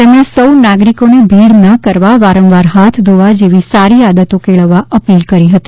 તેમણે સૌ નાગરિકોને ભીડ ન કરવા વારંવાર હાથ ધોવા જેવી સારી આદતો કેળવવા અપીલ કરી હતી